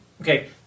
Okay